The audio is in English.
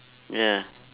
yeah